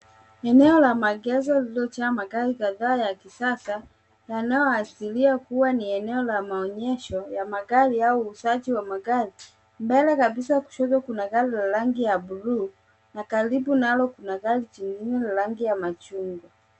Eneo la maegesho lililojaa magari kadhaa ya kisasa yanayoashiria kuwa ni eneo la maonyesho ya magari au uuzaji wa magari. Mbele kabisa, kushoto, kuna gari la rangi ya buluu na karibu nalo kuna gari jingine la rangi ya machungwa.